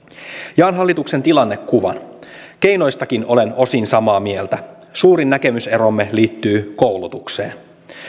jaan hallituksen tilannekuvan keinoistakin olen osin samaa mieltä suurin näkemys eromme liittyy koulutukseen